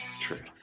truth